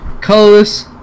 colorless